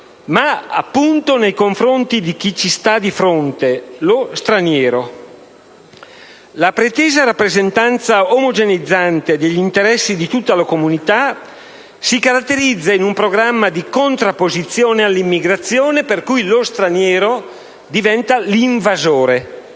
ma appunto nei confronti di chi ci sta di fronte: lo straniero. La pretesa rappresentanza omogeneizzante degli interessi di tutta la comunità si caratterizza in un programma di contrapposizione all'immigrazione, per cui lo straniero diventa l'invasore.